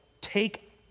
take